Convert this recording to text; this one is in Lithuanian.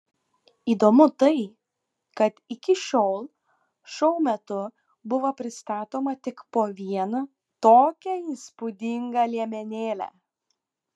įdomu tai kad iki šiol šou metu buvo pristatoma tik po vieną tokią įspūdingą liemenėlę